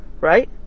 Right